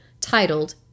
titled